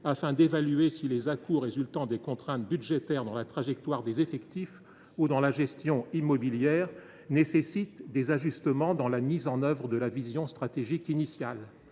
afin d’évaluer si les à coups dus aux contraintes budgétaires dans la trajectoire des effectifs ou dans la gestion immobilière nécessitent d’ajuster la mise en œuvre de la vision stratégique initiale.